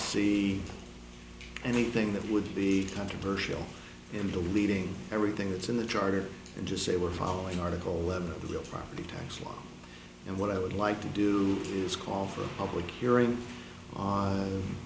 see anything that would be controversial in deleting everything that's in the and just say we're following article eleven of the real property tax law and what i would like to do is call for a public hearing on